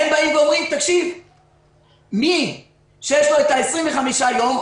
הם אומרים: מי שיש לו את ה-25 יום,